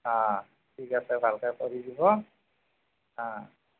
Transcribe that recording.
অঁ ঠিক আছে ভালকে কৰি দিব আ